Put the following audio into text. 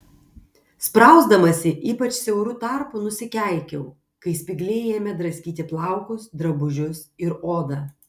sprausdamasi ypač siauru tarpu nusikeikiau kai spygliai ėmė draskyti plaukus drabužius ir odą